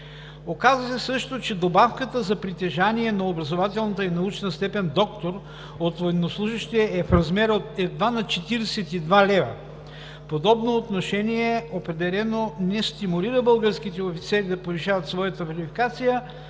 Оказва се също, че добавката за притежаване на „образователната и научна степен“ от военнослужещи е в размер едва на 42 лв. Подобно отношение определено не стимулира българските офицери да повишават своята квалификация.